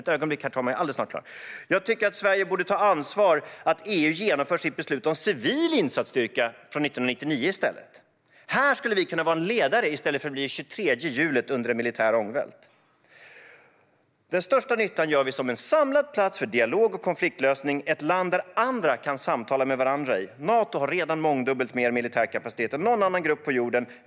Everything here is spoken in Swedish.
Jag tycker att Sverige i stället borde ta ansvar för att EU genomför sitt beslut från 1999 om civil insatsstyrka. Här skulle vi kunna vara en ledare i stället för att bli det 23:e hjulet under en militär ångvält. Sveriges samlade politik för internatio-nell civil och militär krishantering Den största nyttan gör vi som en samlad plats för dialog och konfliktlösning: ett land där andra kan samtala med varandra. Nato har redan mångdubbelt mer militär kapacitet än någon annan grupp på jorden.